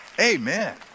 Amen